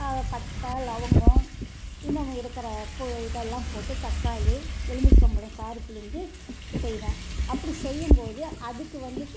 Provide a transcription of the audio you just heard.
பட்டை லவங்கம் இன்னும் இருக்கிற பொ இதெல்லாம் போட்டு தக்காளி எலும்புச்சம் பழம் சாறு புழிஞ்சி செய்வேன் அப்படி செய்யும் போது அதுக்கு வந்துவிட்டு